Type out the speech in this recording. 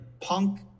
punk